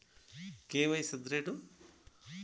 KYC ಅಂದ್ರೇನು?